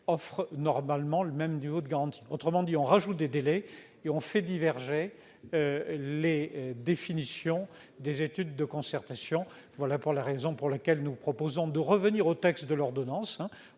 offre normalement le même niveau de garantie. Autrement dit, on ajoute des délais et on fait diverger les définitions des études de concertation. C'est la raison pour laquelle nous proposons de revenir au texte de l'ordonnance,